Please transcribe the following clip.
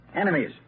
Enemies